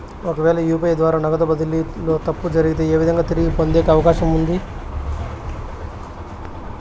ఒకవేల యు.పి.ఐ ద్వారా నగదు బదిలీలో తప్పు జరిగితే, ఏ విధంగా తిరిగి పొందేకి అవకాశం ఉంది?